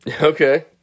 Okay